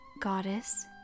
goddess